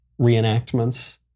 reenactments